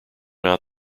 not